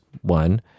one